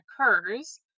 occurs